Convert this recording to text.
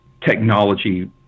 technology